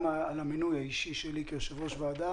אני רוצה להודות לו גם על המינוי האישי שלי כיושב-ראש הוועדה